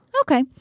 Okay